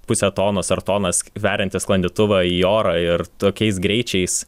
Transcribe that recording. pusę tonos ar toną sveriantį sklandytuvą į orą ir tokiais greičiais